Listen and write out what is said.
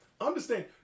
understand